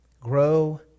grow